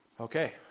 Okay